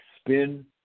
Spin